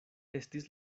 estis